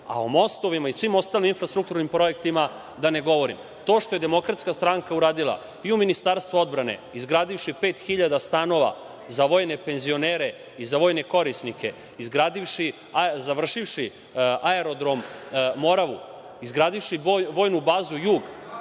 a o mostovima i svim ostalim infrastrukturnim projektima da ne govorim. To što je Demokratska stranka uradila i u Ministarstvu odbrane, izgradivši 5.000 stanova za vojne penzionere i za vojne korisnike, završivši Aerodrom „Moravu“, izgradivši vojnu bazu „Jug“,